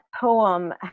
poem